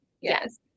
Yes